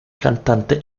cantante